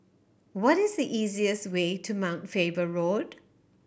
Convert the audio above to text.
what is the easiest way to Mount Faber Road